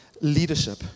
leadership